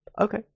Okay